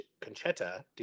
Conchetta